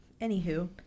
Anywho